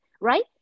Right